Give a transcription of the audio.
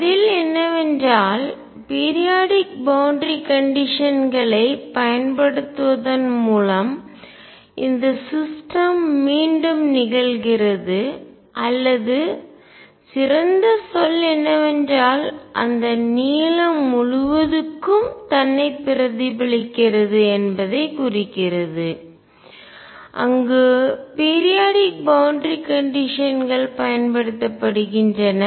பதில் என்னவென்றால் periodic boundary கண்டிஷன்கள்களைப் எல்லை நிபந்தனை பயன்படுத்துவதன் மூலம் இந்த சிஸ்டம் மீண்டும் நிகழ்கிறது அல்லது சிறந்த சொல் என்னவென்றால் அந்த நீளம் முழுவதுக்கும் தன்னைப் பிரதிபலிக்கிறது என்பதைக் குறிக்கிறது அங்கு பீரியாடிக் பவுண்டரி கண்டிஷன்கள் பயன்படுத்தப்படுகின்றன